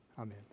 Amen